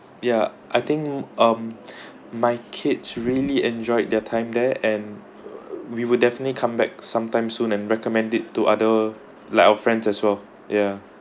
yeah I think um my kids really enjoyed their time there and we will definitely come back sometime soon and recommend it to other like our friends as well yeah